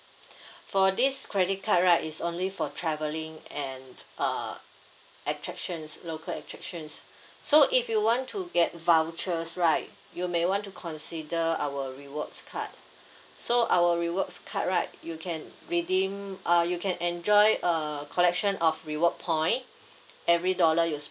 for this credit card right it's only for traveling and err attractions local attractions so if you want to get vouchers right you may want to consider our rewards card so uh our rewards card right you can redeem uh you can enjoy a collection of reward point every dollar you